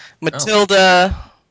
Matilda